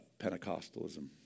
Pentecostalism